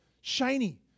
Shiny